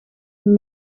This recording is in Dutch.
een